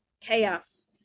chaos